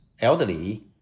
elderly